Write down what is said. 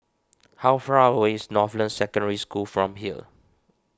how far away is Northland Secondary School from here